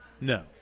no